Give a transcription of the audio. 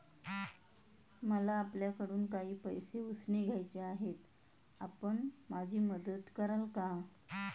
मला आपल्याकडून काही पैसे उसने घ्यायचे आहेत, आपण माझी मदत कराल का?